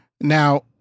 Now